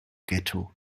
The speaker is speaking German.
getto